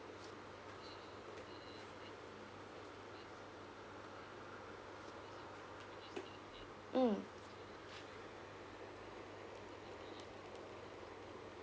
mm